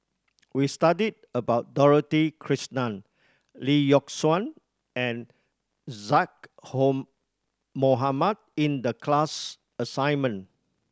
we studied about Dorothy Krishnan Lee Yock Suan and Zaqy Home Mohamad in the class assignment